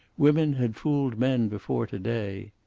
women had fooled men before to-day.